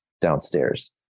downstairs